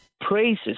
praises